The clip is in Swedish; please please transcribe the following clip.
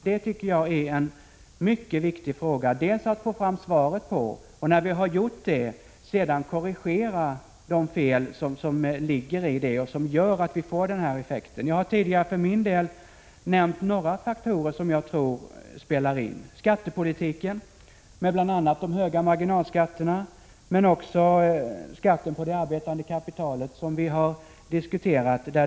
Det är mycket viktigt att få svar på den frågan, och när vi fått det är det lika viktigt att korrigera de fel som lett till den här effekten. Jag har för min del tidigare nämnt några faktorer som jag tror spelar in: skattepolitiken med bl.a. de höga marginalskatterna men också skatten på det arbetande kapitalet, som vi har diskuterat.